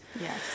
Yes